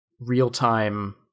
real-time